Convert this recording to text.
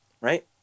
right